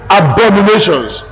abominations